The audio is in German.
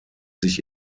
sich